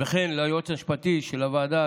וכן ליועץ המשפטי של הוועדה,